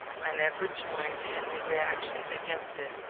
i never joined in the reaction against it,